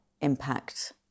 impact